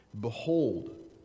Behold